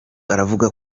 aravuga